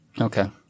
Okay